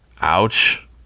ouch